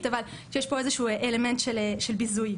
אבל שיש פה איזשהו אלמנט של ביזוי.